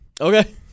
Okay